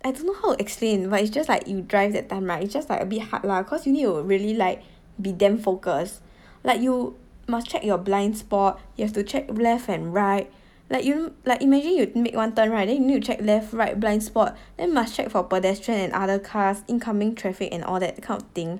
I don't know how to explain but it's just like you drive that time right it's just like a bit hard lah cause you need to really like be damn focused like you must check your blind spot you have to check left and right like you like imagine you make one turn right then you need to check left right blind spot then you must check for pedestrian and other cars incoming traffic and all that kind of thing